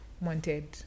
wanted